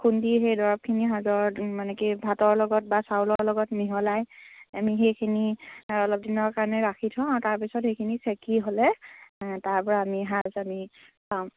খুন্দি সেই দৰৱখিনি সাজৰ মানে কি ভাতৰ লগত বা চাউলৰ লগত মিহলাই আমি সেইখিনি অলপ দিনৰ কাৰণে ৰাখি থওঁ আৰু তাৰপিছত সেইখিনি চেকি হ'লে তাৰপৰা আমি সাজ আমি পাওঁ